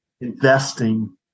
investing